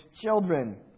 children